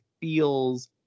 feels